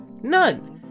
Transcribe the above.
none